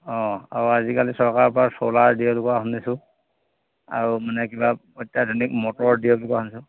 আজিকালি চৰকাৰৰ পৰা চ'লাৰ দিয়ে বুলি কোৱা শুনিছোঁ আৰু মানে কিবা অত্যাধুনিক মটৰ দিয়া বুলি কোৱা শুনিছোঁ